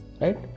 Right